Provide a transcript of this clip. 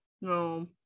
no